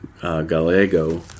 Gallego